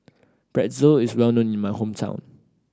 pretzel is well known in my hometown